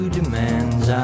demands